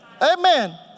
Amen